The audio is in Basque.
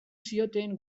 zioten